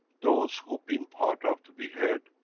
those who've been part of to be heard,